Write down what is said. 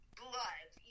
blood